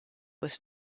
was